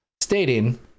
stating